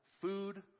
food